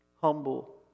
humble